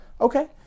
Okay